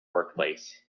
workplace